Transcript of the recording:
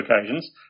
occasions